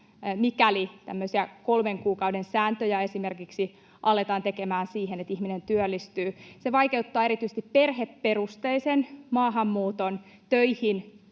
tämmöisiä kolmen kuukauden sääntöjä aletaan tekemään siihen, että ihminen työllistyy, se vaikeuttaa erityisesti perheperusteista maahanmuuttoa, töihin